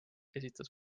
esitas